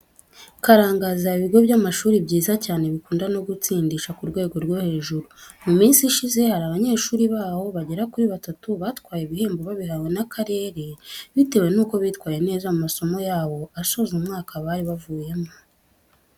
Karangazi haba ibigo by'amashuri byiza cyane bikunda no gutsindisha ku rwego rwo hejuru. Mu minsi ishize hari abanyeshuri baho bagera kuri batatu batwaye ibihembo, babihawe n'akarere bitewe nuko bitwaye neza mu masomo yabo asoza umwaka bari bavuyemo.